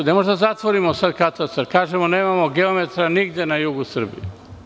Ne možemo da zatvorimo sada katastra, da kažemo – nemamo geometra nigde na jugu Srbije.